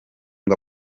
ngo